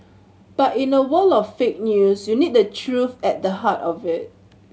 but in a world of fake news you need truth at the heart of it